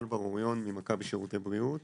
אני ממכבי שירותי בריאות.